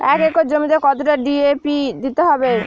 এক একর জমিতে কতটা ডি.এ.পি দিতে হবে?